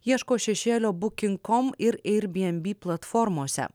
ieško šešėlio bukinkom ir ei ir bi en be platformose